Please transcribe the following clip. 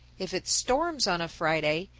if it storms on a friday,